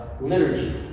liturgy